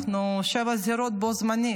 אנחנו בשבע זירות בו-בזמן.